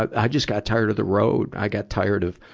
i just got tired of the road. i got tired of,